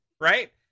right